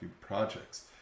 projects